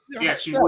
Yes